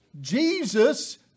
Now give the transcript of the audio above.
Jesus